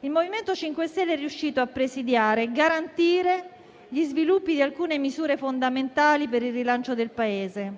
il MoVimento 5 Stelle è riuscito a presidiare e garantire gli sviluppi di alcune misure fondamentali per il rilancio del Paese.